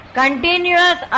continuous